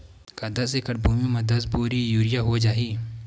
का दस एकड़ भुमि में दस बोरी यूरिया हो जाही?